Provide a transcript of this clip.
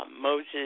Moses